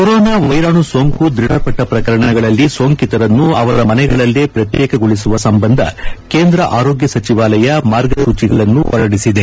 corona ವೈರಾಣು ಸೋಂಕು ದ್ವಧಪಟ್ಟ ಪ್ರಕರಣಗಳಲ್ಲಿ ಸೋಂಕಿತರನ್ನು ಅವರ ಮನೆಗಳಲ್ಲೇ ಪ್ರತ್ಯೇಕಗೊಳಿಸುವ ಸಂಬಂಧ ಕೇಂದ್ರ ಆರೋಗ್ಯ ಸಚಿವಾಲಯ ಮಾರ್ಗಸೂಚಿಗಳನ್ನು ಹೊರಡಿಸಿದೆ